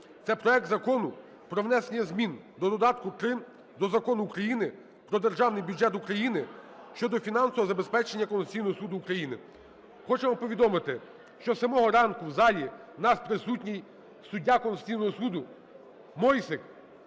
Це проект Закону про внесення змін до додатка 3 до Закону України про Державний бюджет України щодо фінансового забезпечення Конституційного Суду України. Хочу вам повідомити, що з самого ранку в залі у нас присутній суддя Конституційного Суду Мойсик,